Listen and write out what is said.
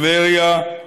טבריה,